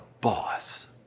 boss